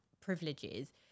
privileges